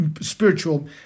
spiritual